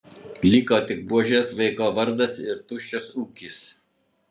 liko tik buožės vaiko vardas ir tuščias ūkis